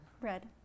Red